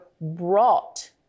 brought